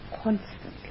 constantly